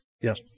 Yes